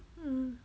mm